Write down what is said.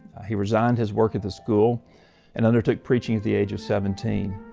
he resigned his work at the school and undertook preaching at the age of seventeen.